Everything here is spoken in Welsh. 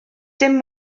dim